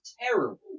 terrible